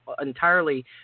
entirely